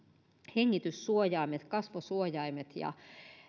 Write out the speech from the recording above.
hengityssuojaimet kasvosuojaimet